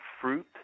fruit